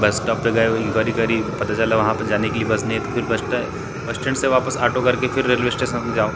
बस टाॅप पर गए इंक्वारी करी पता चला वहाँ पर जाने के लिए बस नहीं है तो फिर बस बस स्टैंड से वापस आटो करके फिर रेलवे स्टेसन से जाओ